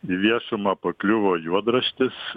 į viešumą pakliuvo juodraštis